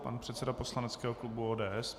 Pan předseda poslaneckého klubu ODS.